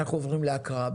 אנחנו עוברים להקראה.